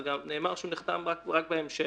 ונאמר שהוא נחתם רק בהמשך.